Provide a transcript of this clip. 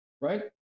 right